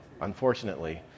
unfortunately